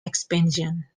expansion